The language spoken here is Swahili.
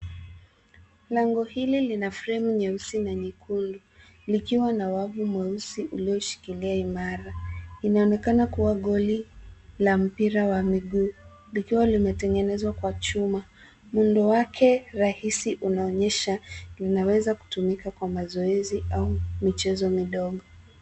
Lango hili lina fremu nyeusi na nyekundu likiwa na wavu nyeusi ulioshikilia imara. Inaonekana kuwa goli la mpira wa miguu likiwa limetengenezwa kwa chuma. Muundo wake rais unaonyesha unaweza kutumika kwa mazoezi au michezo midogo.